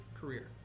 career